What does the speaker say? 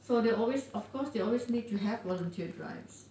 so they always of course they always need to have volunteer drives